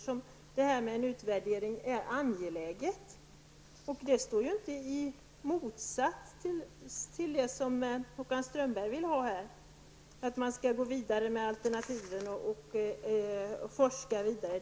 Därför är också en utvärdering angelägen, som ju inte står i något motsatsförhållande till det som Håkan Strömberg önskar, dvs. att det skall forskas vidare.